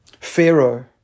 Pharaoh